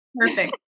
perfect